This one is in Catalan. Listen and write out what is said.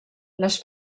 les